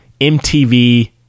MTV